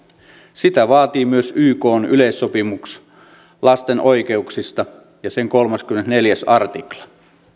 sitä vaatii myös ykn yleissopimus lasten oikeuksista ja sen kolmaskymmenesneljäs artikla